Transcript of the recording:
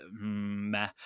meh